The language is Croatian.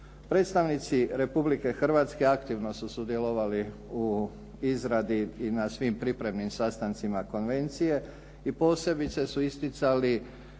Predstavnici Republike Hrvatske aktivno su sudjelovali u izradi i na svim pripremnim sastancima Konvencije i posebice su isticali